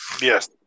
Yes